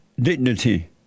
dignity